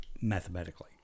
mathematically